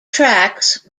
tracks